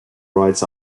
rights